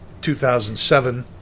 2007